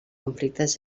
conflictes